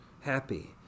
happy